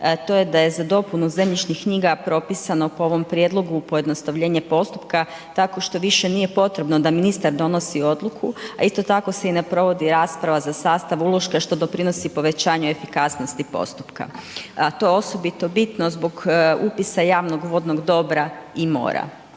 to je da je za dopunu zemljišnih knjiga propisano po ovom prijedlogu pojednostavljenje postupka tako što više nije potrebno da ministar donosi odluku, a isto tako se i ne provodi rasprava za sastav uloška što doprinosi povećanju efikasnosti postupka, a to je osobito bitno zbog upisa javnog vodnog dobra i mora.